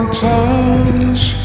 change